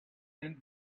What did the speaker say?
and